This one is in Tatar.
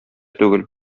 түгел